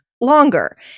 longer